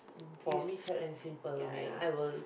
is is ya